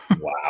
Wow